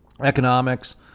economics